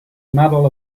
medal